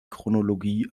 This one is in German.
chronologie